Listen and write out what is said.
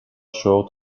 short